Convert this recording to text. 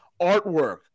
artwork